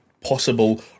possible